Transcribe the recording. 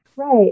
Right